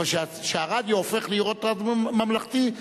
אבל כשהרדיו הופך להיות רדיו ממלכתי,